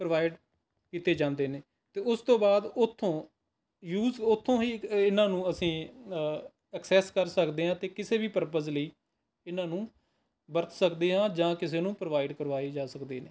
provide ਕੀਤੇ ਜਾਂਦੇ ਨੇ ਅਤੇ ਉਸ ਤੋਂ ਬਾਅਦ ਉੱਥੋਂ ਯੂਜ਼ ਉੱਥੋਂ ਹੀ ਇਨ੍ਹਾਂ ਨੂੰ ਅਸੀਂ ਅਕਸੈੱਸ ਕਰ ਸਕਦੇ ਹਾਂ ਅਤੇ ਕਿਸੇ ਵੀ ਪਰਪਸ ਲਈ ਇਹਨਾਂ ਨੂੰ ਵਰਤ ਸਕਦੇ ਹਾਂ ਜਾਂ ਕਿਸੇ ਨੂੰ ਪ੍ਰੋਵਾਇਡ ਕਰਵਾਏ ਜਾ ਸਕਦੇ ਨੇ